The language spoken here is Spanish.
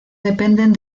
dependen